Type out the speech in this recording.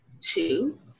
Two